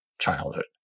childhood